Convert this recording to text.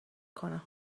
کنم